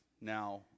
now